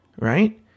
Right